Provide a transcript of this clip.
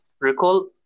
recall